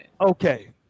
okay